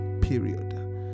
Period